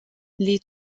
les